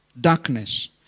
darkness